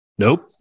Nope